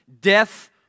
Death